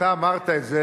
אתה אמרת את זה,